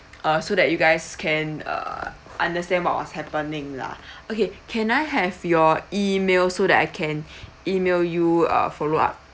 uh so that you guys can err understand what was happening lah okay can I have your email so that I can email you a follow-up